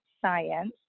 science